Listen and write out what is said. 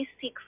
seek